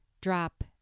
drop